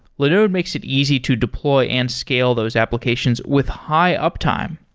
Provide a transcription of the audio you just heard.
linode makes it easy to deploy and scale those applications with high uptime.